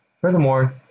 Furthermore